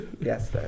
Yes